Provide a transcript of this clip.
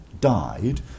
Died